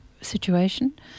situation